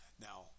Now